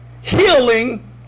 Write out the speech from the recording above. healing